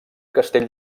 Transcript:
castell